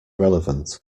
relevant